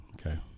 Okay